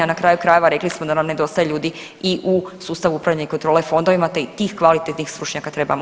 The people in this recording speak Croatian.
Na kraju krajeva rekli smo da nam nedostaje ljudi i u sustavu upravljanja kontrole fondovima te i tih kvalitetnih stručnjaka trebamo